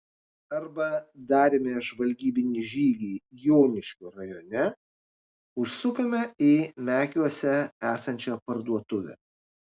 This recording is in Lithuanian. arba darėme žvalgybinį žygį joniškio rajone užsukome į mekiuose esančią parduotuvę